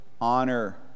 honor